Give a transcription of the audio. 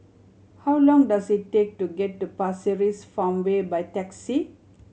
how long does it take to get to Pasir Ris Farmway by taxi